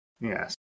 yes